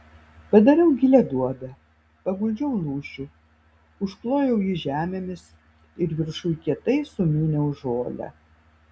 padariau gilią duobę paguldžiau lūšių užklojau jį žemėmis ir viršuj kietai sumyniau žolę